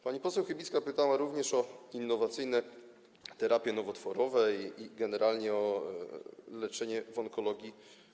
Pani poseł Chybicka pytała również o innowacyjne terapie nowotworowe i generalnie o leczenie w onkologii.